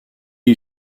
you